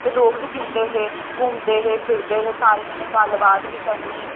ते लोक बी जींदे हे घुमदे हे फिरदे हे सारें कन्नै गल्लबात बी करनी